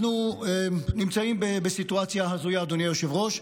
אנחנו נמצאים בסיטואציה הזויה, אדוני היושב-ראש.